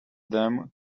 them